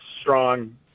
strong